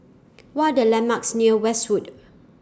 What Are The landmarks near Westwood